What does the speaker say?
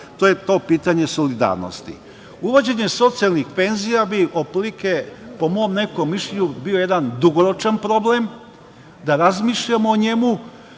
To je to pitanje solidarnosti. Uvođenje socijalnih penzija bi otprilike, po mom nekom mišljenju, bio jedan dugoročan problem, da razmišljamo o njemu,